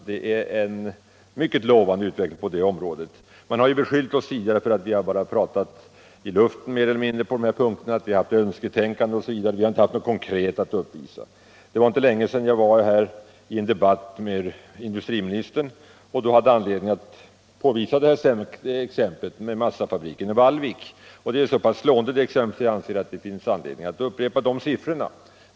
Det är en mycket lovande utveckling på detta område. Man har tidigare beskyllt oss för att prata i luften på dessa punkter, vi har hängivit oss åt önsketänkande osv., vi har inte haft något konkret att uppvisa. Det var inte länge sedan jag i en debatt med industriministern hade anledning att påvisa exemplet med massafabriken i Vallvik. Det är ett så slående exempel att jag anser att det finns anledning att upprepa de aktuella siffrorna.